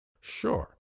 Sure